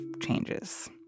changes